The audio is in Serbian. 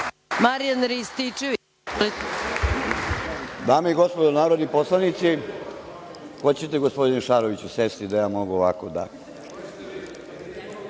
**Marijan Rističević** Dame i gospodo narodni poslanici, hoćete li gospodine Šaroviću sesti da ja mogu da